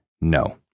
no